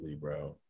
bro